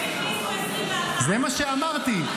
הם הכניסו 21. זה מה שאמרתי,